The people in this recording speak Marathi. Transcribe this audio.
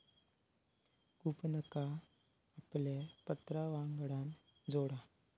कूपनका आपल्या पत्रावांगडान जोडा